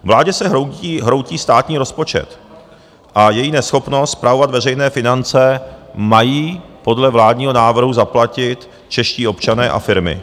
Vládě se hroutí státní rozpočet a její neschopnost spravovat veřejné finance mají podle vládního návrhu zaplatit čeští občané a firmy.